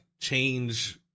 change